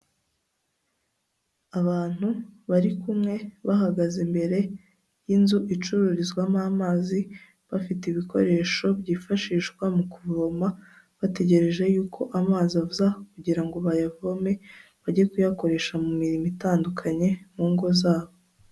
Abantu bari kumwe bahagaze imbere y'inzu icururizwamo amazi, bafite ibikoresho byifashishwa mu kuvoma, bategereje yuko amazi aza kugira ngo bayavome, bajye kuyakoresha mu mirimo itandukanye mu ngo zabo.